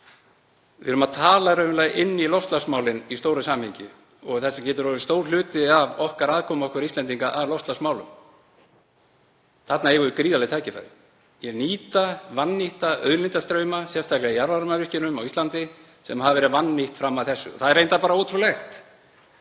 Við tölum þarna raunverulega inn í loftslagsmálin í stóru samhengi og þetta getur orðið stór hluti af aðkomu okkar Íslendinga að loftslagsmálum. Þarna eigum við gríðarleg tækifæri í að nýta vannýtta auðlindstrauma, sérstaklega í jarðvarmavirkjunum á Íslandi sem hafa verið vannýttir fram að þessu. Það er reyndar bara ótrúlegt